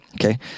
okay